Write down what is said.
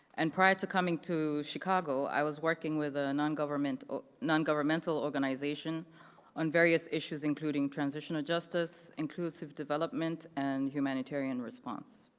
and prior to coming to chicago, i was working with a non-governmental non-governmental organization on various issues including transitional justice, inclusive development, and humanitarian response.